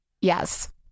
Yes